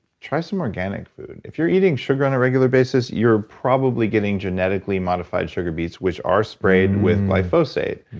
try some organic food. if you're eating sugar on a regular basis you're probably getting genetically modified sugar beets, which are sprayed with glyphosate.